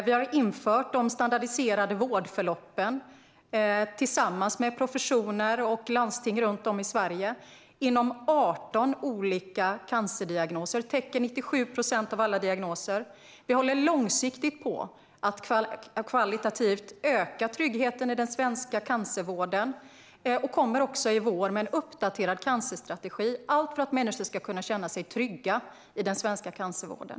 Vi har infört de standardiserade vårdförloppen, tillsammans med professioner och landsting runt om i Sverige, för 18 olika cancerdiagnoser. Det täcker 97 procent av alla diagnoser. Vi håller långsiktigt på att öka tryggheten i den svenska cancervården, och vi kommer i vår med en uppdaterad cancerstrategi - allt för att människor ska kunna känna sig trygga i den svenska cancervården.